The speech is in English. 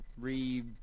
Re